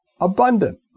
abundant